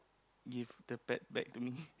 give the pet back to me